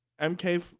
MK